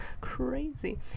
Crazy